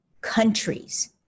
countries